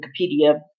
Wikipedia